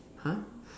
!huh!